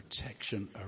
protection